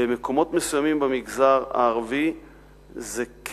במקומות מסוימים במגזר הערבי זה כן